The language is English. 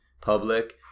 public